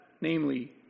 namely